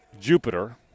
Jupiter